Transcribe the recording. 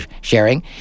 sharing